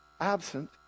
absent